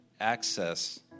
access